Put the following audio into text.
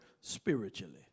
spiritually